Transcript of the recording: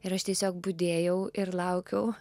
ir aš tiesiog budėjau ir laukiau